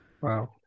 wow